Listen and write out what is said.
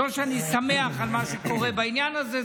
לא שאני שמח על מה שקורה בעניין הזה,